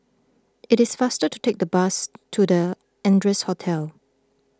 it is faster to take the bus to the Ardennes Hotel